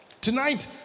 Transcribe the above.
tonight